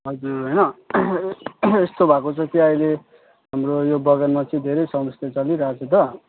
हजुर होइन यस्तो भएको छ कि अहिले हाम्रो यो बगानमा चाहिँ धेरै समस्या चलिरहेको छ त